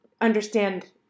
understand